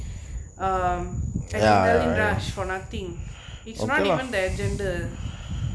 err and merlion rush for nothing it's not even their gender